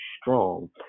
strong